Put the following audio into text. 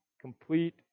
complete